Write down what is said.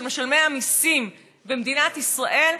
של משלמי המיסים במדינת ישראל,